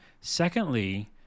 Secondly